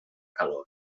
calor